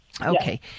Okay